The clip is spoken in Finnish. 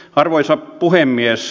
arvoisa puhemies